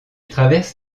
traverse